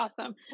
awesome